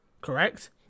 correct